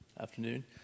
afternoon